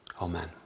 Amen